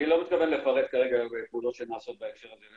אני לא מתכוון לפרט כרגע פעולות שנעשות בהקשר הזה.